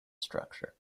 structure